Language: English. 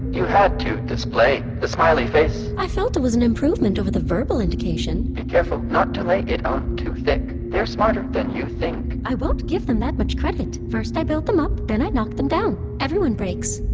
you had to display the smiley face i felt it was an improvement over the verbal indication be careful not to lay it on too thick. they're smarter than you think i won't give them that much credit. first i build them up then i knock them down. everyone breaks.